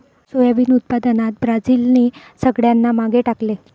soybean उत्पादनात ब्राझीलने सगळ्यांना मागे टाकले